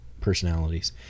personalities